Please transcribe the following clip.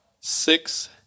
six